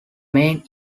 main